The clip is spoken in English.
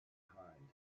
behind